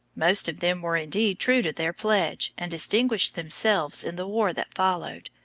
most of them were indeed true to their pledge and distinguished themselves in the war that followed,